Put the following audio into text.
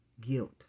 guilt